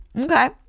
Okay